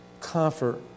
Comfort